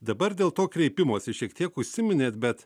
dabar dėl to kreipimosi šiek tiek užsiminėt bet